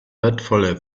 wertvolle